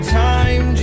time